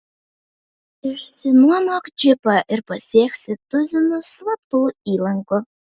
išsinuomok džipą ir pasieksi tuzinus slaptų įlankų